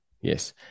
Yes